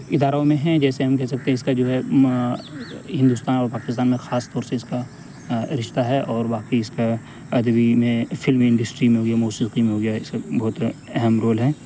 اداروں میں ہیں جیسے ہم کہہ سکتے ہیں اس کا جو ہے ہندوستان اور پاکستان میں خاص طور سے اس کا رشتہ ہے اور واقعی اس کا ادبی میں فلمی انڈسٹری میں ہو گیا موسیقی میں ہو گیا اس کا بہت اہم رول ہے